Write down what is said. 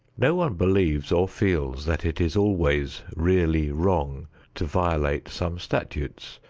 no one believes or feels that it is always really wrong to violate some statutes,